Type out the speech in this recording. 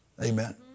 Amen